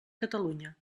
catalunya